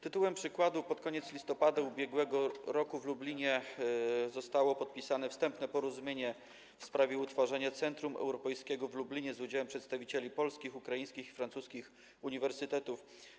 Tytułem przykładu: pod koniec listopada ub.r. w Lublinie zostało podpisane wstępne porozumienie w sprawie utworzenia Centrum Europejskiego w Lublinie z udziałem przedstawicieli polskich, ukraińskich i francuskich uniwersytetów.